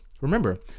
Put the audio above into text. remember